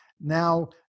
Now